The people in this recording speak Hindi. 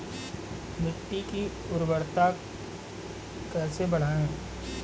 मिट्टी की उर्वरता कैसे बढ़ाएँ?